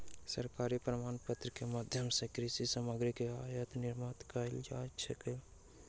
सरकारी प्रमाणपत्र के माध्यम सॅ कृषि सामग्री के आयात निर्यात कयल जा सकै छै